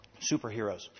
Superheroes